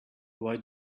why